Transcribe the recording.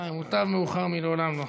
מוטב מאוחר מלעולם לא.